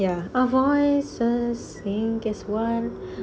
ya our voice sync sync that's why